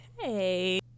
Hey